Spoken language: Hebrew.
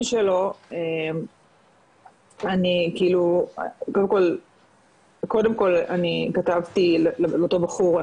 שלו אני כאילו קודם כל אני כתבתי לאותו בחור,